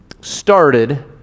started